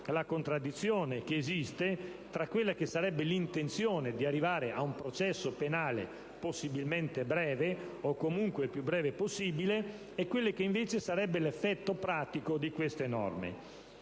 la contraddizione che esiste tra l'intenzione di arrivare ad un processo penale possibilmente breve, o comunque il più breve possibile, e quello che invece sarebbe l'effetto pratico di tali norme.